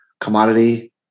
commodity